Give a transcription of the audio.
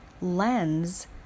lens